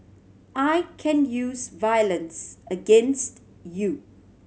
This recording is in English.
I can use violence against you